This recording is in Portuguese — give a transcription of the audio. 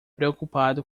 preocupado